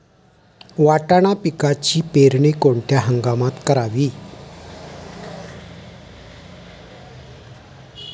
वाटाणा पिकाची पेरणी कोणत्या हंगामात करावी?